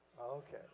Okay